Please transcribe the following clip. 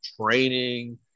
training